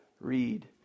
read